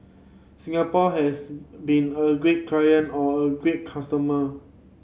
Singapore has been a great client or a great customer